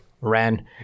ran